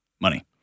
money